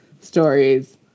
stories